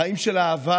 חיים של אהבה,